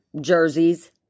jerseys